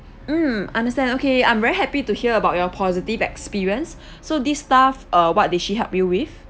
mm understand okay I'm very happy to hear about your positive experience so this staff uh what did she help you with